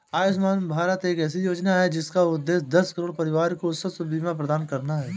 आयुष्मान भारत एक ऐसी योजना है जिसका उद्देश्य दस करोड़ परिवारों को स्वास्थ्य बीमा प्रदान करना है